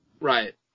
Right